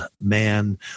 man